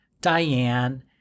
diane